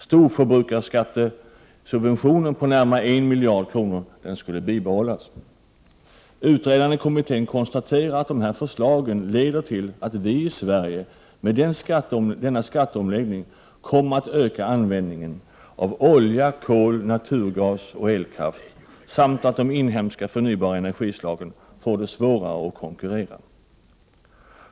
Storförbrukarskattesubventionen på närmare 1 miljard kronor skulle bibehållas. Utredarna i kommittén konstaterar att dessa förslag leder till att vi i Sverige med denna skatteomläggning kommer att öka användningen av olja, kol, naturgas och elkraft samt att de inhemska förnybara energislagen får svårare att konkurrera.